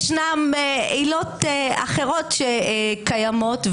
ישנן עילות אחרות שקיימות,